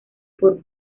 por